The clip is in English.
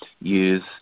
use